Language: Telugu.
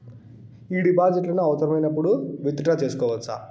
ఈ డిపాజిట్లను అవసరమైనప్పుడు విత్ డ్రా సేసుకోవచ్చా?